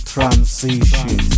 Transition